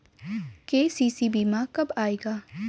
KCC बीमा कब आएगा?